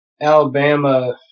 Alabama